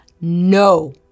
no